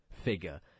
figure